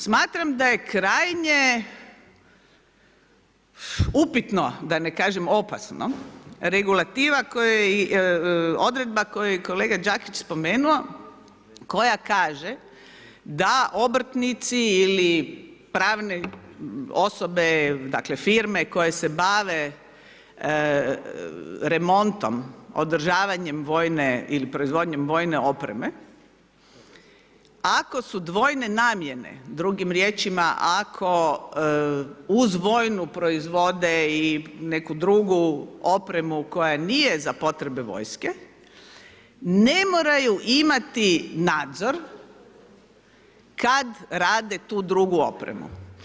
Smatram da je krajnje upitno, da ne kažem opasno, regulativa koja, odredba koju je kolega Đakić spomenuo koja kaže da obrtnici ili pravne osobe, dakle firme koje se bave remontom, održavanjem vojne ili proizvodnjom vojne opreme, ako su dvojne namjene, drugim riječima ako uz vojnu proizvode i neku drugu opremu koja nije za potrebe vojske, ne moraju imati nadzor kad rade tu drugu opremu.